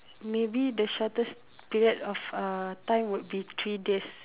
maybe the shortest period of uh time would be three days